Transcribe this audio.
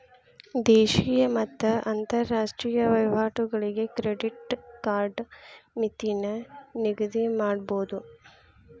ದೇಶೇಯ ಮತ್ತ ಅಂತರಾಷ್ಟ್ರೇಯ ವಹಿವಾಟುಗಳಿಗೆ ಕ್ರೆಡಿಟ್ ಕಾರ್ಡ್ ಮಿತಿನ ನಿಗದಿಮಾಡಬೋದು